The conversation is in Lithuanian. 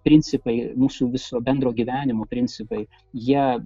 principai mūsų viso bendro gyvenimo principai jie